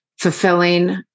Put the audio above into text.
fulfilling